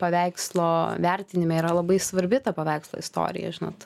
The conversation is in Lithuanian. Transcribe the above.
paveikslo vertinime yra labai svarbi ta paveikslo istorija žinot